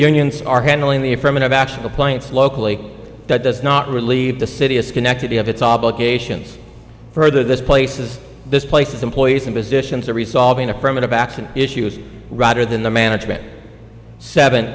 unions are handling the affirmative action appliance locally that does not relieve the city of schenectady of its obligations further this places this place employees in positions of resolving affirmative action issues rather than the management seven